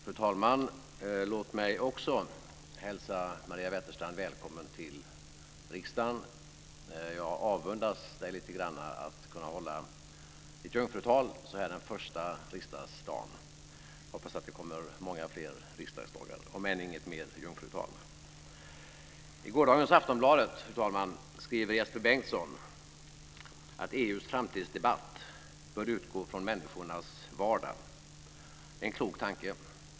Fru talman! Låt mig också hälsa Maria Wetterstrand välkommen till riksdagen. Jag avundas henne lite grann att hon får hålla sitt jungfrutal på den allmänpolitiska debattens första dag. Jag hoppas att det kommer många fler riksdagsdagar, om än inget mer jungfrutal. Fru talman! I gårdagens Aftonbladet skriver Jesper Bengtsson att EU:s framtidsdebatt bör utgå från människornas vardag. Det är en klok tanke.